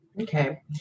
okay